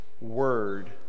word